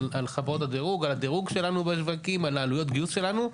הדירוג שלנו בשווקים ועל עלויות הגיוס שלנו.